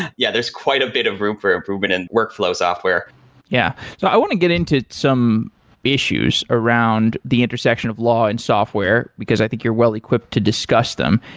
and yeah, there's quite a bit of room for improvement in workflow software yeah, so i want to get into some issues around the intersection of law and software, because i think you're well-equipped to discuss them.